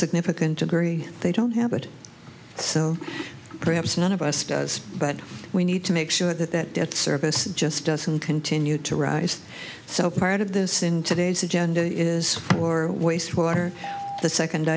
significant degree they don't have it so perhaps none of us does but we need to make sure that debt service just doesn't continue to rise so part of this in today's agenda is or waste water the second